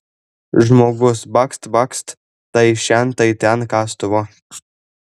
žmogus bakst bakst tai šen tai ten kastuvu